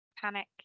panic